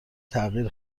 تغییر